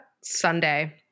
Sunday